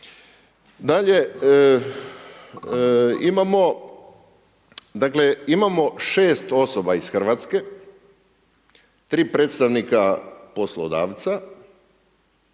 dakle imamo 6 osoba iz Hrvatske, 3 predstavnika poslodavca